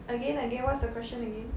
again again what's the question again